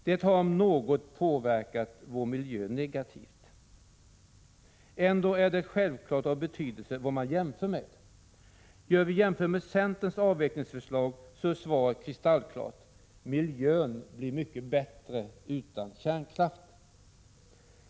Den har om något påverkat vår miljö negativt. Ändå är det självfallet av betydelse vad man jämför med. Gör vi jämförelsen med centerns avvecklingsförslag, så är svaret kristallklart: Miljön blir mycket bättre utan kärnkraft.